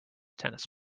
tennis